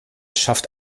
schafft